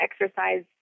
exercise